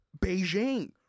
Beijing